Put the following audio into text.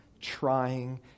trying